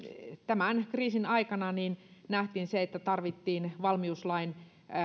tämän kriisin aikana nähtiin myöskin se että tarvittiin valmiuslain